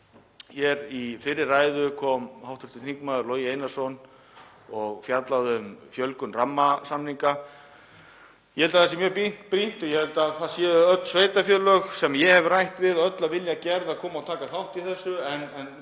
Hér í fyrri ræðu kom hv. þm. Logi Einarsson og fjallaði um fjölgun rammasamninga. Ég held að það sé mjög brýnt og ég held að öll sveitarfélög sem ég hef rætt við séu öll af vilja gerð að koma og taka þátt í þessu en við